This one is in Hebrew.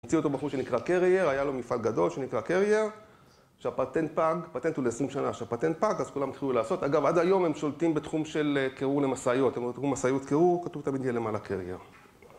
הציע אותו בחור שנקרא קרייר, היה לו מפעל גדול שנקרא קרייר, כשהפטנט פג, פטנט הוא ל־20 שנה, כשהפטנט פג, אז כולם התחילו לעשות, אגב, עד היום הם שולטים בתחום של קירור למשאיות, אם תבדקו במשאיות קירור, כתוב תמיד יהיה למעלה קרייר.